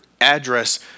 address